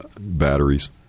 batteries